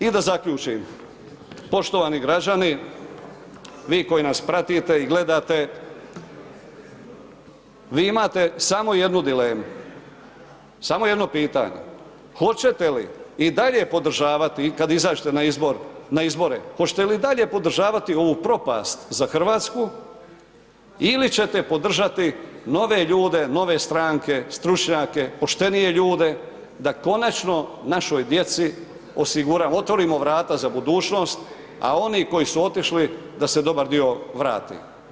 I da zaključim, poštovani građani vi koji nas pratite i gledate, vi imate samo jednu dilemu, samo jedno pitanje hoćete li i dalje podržavati kad izađete na izbore, hoćete li i dalje podržavati ovu propast za Hrvatsku, ili će te podržati nove ljude, nove stranke, stručnjake, poštenije ljude da konačno našoj djeci osiguramo, otvorimo vrata za budućnost, a oni koji su otišli, da se dobar dio vrati.